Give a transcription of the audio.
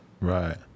Right